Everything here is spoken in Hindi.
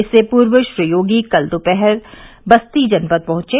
इससे पूर्व श्री योगी कल दोपहर बस्ती जनपद पहुंचे